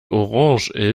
orange